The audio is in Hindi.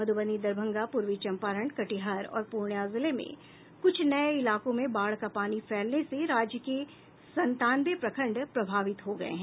मधुबनी दरभंगा पूर्वी चंपारण कटिहार और पूर्णियां जिले में कुछ नये इलाकों में बाढ़ का पानी फैलने से राज्य के सतानवे प्रखंड प्रभावित हो गये हैं